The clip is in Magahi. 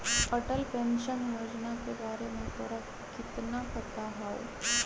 अटल पेंशन योजना के बारे में तोरा कितना पता हाउ?